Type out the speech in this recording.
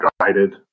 guided